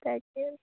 তাকে